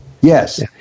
Yes